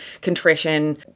contrition